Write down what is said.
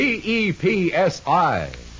P-E-P-S-I